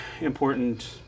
important